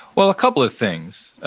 well, a couple of things.